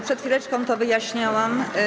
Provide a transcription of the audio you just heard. Przed chwileczką to wyjaśniałam.